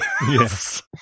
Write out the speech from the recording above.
yes